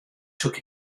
took